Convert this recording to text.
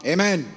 Amen